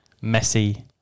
messy